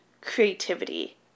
creativity